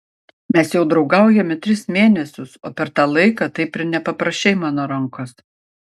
mes jau draugaujame tris mėnesius o per tą laiką taip ir nepaprašei mano rankos